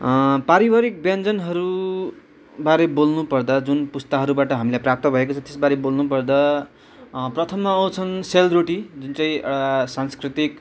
पारिवारिक व्यञ्जनहरूबारे बोल्नुपर्दा जुन पुस्ताहरूबाट हामीलाई प्राप्त भएको छ त्यसबारे बोल्नुपर्दा प्रथममा आउँछन् सेलरोटी जुन चाहिँ सांस्कृतिक